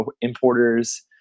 importers